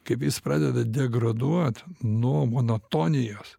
kaip jis pradeda degraduot nuo monotonijos